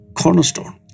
cornerstone